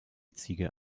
ziege